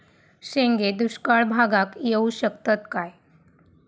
शेंगे दुष्काळ भागाक येऊ शकतत काय?